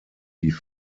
die